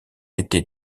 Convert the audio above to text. été